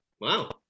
Wow